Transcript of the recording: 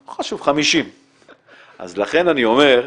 לא חשוב, 50. לכן אני אומר,